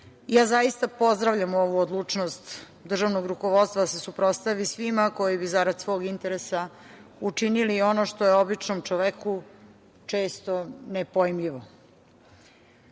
Zaista pozdravljam ovu odlučnost državnog rukovodstva da se suprotstavi svima koji bi za rad svog interesa učinili ono što je običnom čoveku često nepojmljivo. Društvo